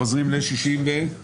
חוזרים לרוויזיה מס' 67,